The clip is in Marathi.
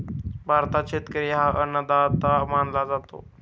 भारतात शेतकरी हा अन्नदाता मानला जातो